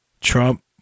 Trump